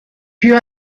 più